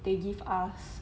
they give us